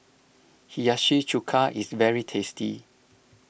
Hiyashi Chuka is very tasty